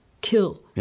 kill